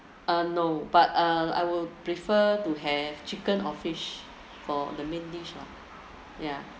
uh no but I will prefer to have chicken or fish for the main dish ah ya